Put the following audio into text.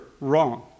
wrong